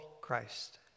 Christ